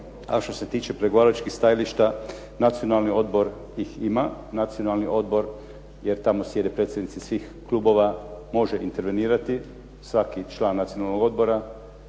A što se tiče pregovaračkih stajališta, Nacionalni odbor ih ima, Nacionalni odbor jer tamo sjede predsjednici svih klubova, može intervenirati svaki član Nacionalnog odbora